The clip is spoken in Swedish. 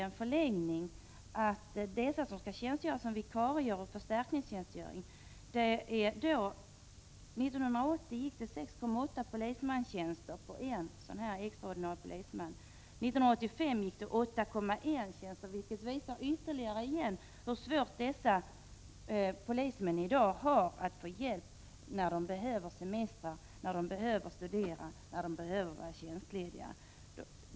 1980 gick det 6,8 polismanstjänster på en extra ordinarie polisman. 1985 gick det 8,1 polismanstjänster på en extra ordinarie. Det visar igen hur svårt polismän i dag har att få hjälp när de behöver semester, när de behöver studera, när de behöver vara tjänstlediga.